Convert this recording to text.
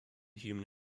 human